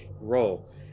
role